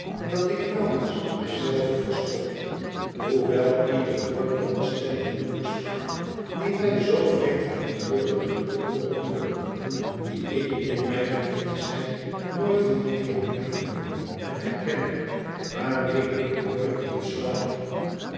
dat ik nauwelijks mij zelve verstond hoewel ieder woord dat de stem dier moeder sprak die mij zoo vreemd en treurig in de ooren klonk die ik in mijne kindsheid nooit had leeren liefhebben en herkennen waarmede ik nooit in slaap